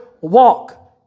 walk